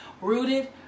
Rooted